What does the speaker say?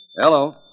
Hello